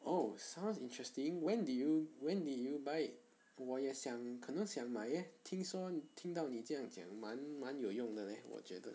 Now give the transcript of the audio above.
oh sounds interesting when did you when did you buy 我也想可能想买 leh 听说你听到你这样讲蛮蛮有用的 leh 我觉得